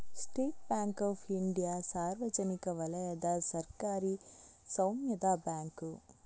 state bank of India ಸಾರ್ವಜನಿಕ ವಲಯದ ಸರ್ಕಾರಿ ಸ್ವಾಮ್ಯದ ಬ್ಯಾಂಕು